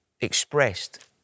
expressed